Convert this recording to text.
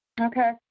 Okay